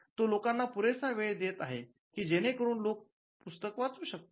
तो लोकांना पुरेसा वेळ देत आहे की जेणेकरून लोक वाचू शकतात